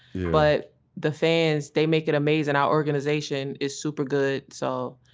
but the fans they make it amazing. our organization is super good. so